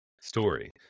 story